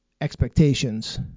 expectations